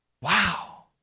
Wow